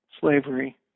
slavery